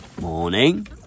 Morning